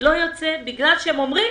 לא יוצא בגלל שהם אומרים